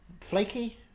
Flaky